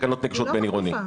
היא לא מכפיפה.